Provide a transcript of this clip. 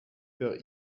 per